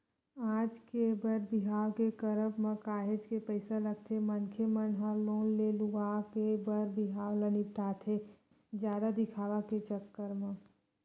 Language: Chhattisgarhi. आज के बर बिहाव के करब म काहेच के पइसा लगथे मनखे मन ह लोन ले लुवा के बर बिहाव ल निपटाथे जादा दिखावा के चक्कर म